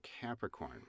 Capricorn